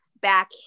back